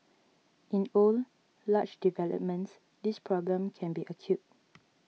in old large developments this problem can be acute